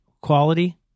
quality